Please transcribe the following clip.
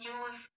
use